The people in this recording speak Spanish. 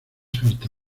harta